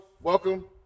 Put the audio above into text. Welcome